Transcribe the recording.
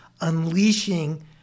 unleashing